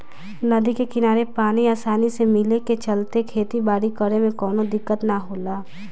नदी के किनारे पानी आसानी से मिले के चलते खेती बारी करे में कवनो दिक्कत ना होला